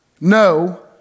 No